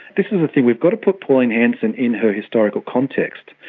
this is the thing, we've got to put pauline hanson in her historical context.